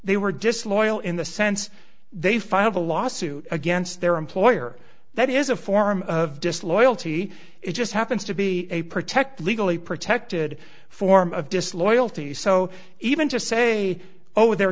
they were disloyal in the sense they filed a lawsuit against their employer that is a form of disloyalty it just happens to be a protect legally protected form of disloyalty so even to say oh they're